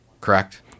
correct